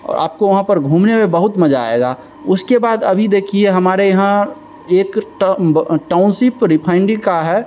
आपको वहाँ पर घूमने में बहुत मजा आएगा उसके बाद अभी देखिए हमारे यहाँ एक टाउनशिप रिफाइनरी का है